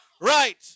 right